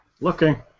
Looking